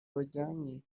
bajyanye